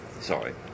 Sorry